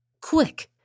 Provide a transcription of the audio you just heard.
Quick